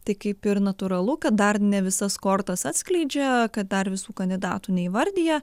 tai kaip ir natūralu kad dar ne visas kortas atskleidžia kad dar visų kandidatų neįvardija